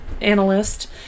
analyst